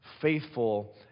faithful